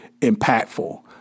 impactful